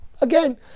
Again